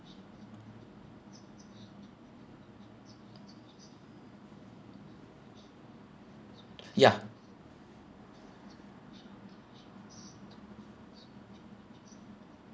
ya